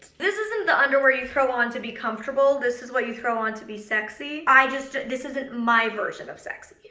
this isn't the underwear you throw on to be comfortable. this is what you throw on to be sexy. i just, this isn't my version of sexy.